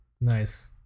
Nice